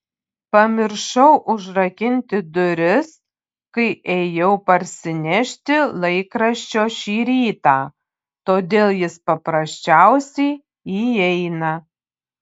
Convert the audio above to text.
pamiršau užrakinti duris kai ėjau parsinešti laikraščio šį rytą todėl jis paprasčiausiai įeina